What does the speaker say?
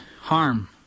harm